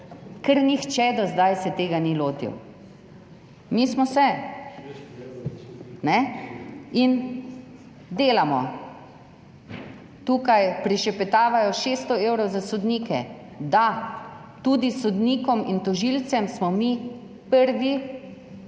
se nihče do zdaj ni lotil. Mi smo se in delamo. Tukaj prišepetavajo, 600 evrov za sodnike, da, tudi sodnikom in tožilcem smo mi prvi